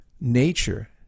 nature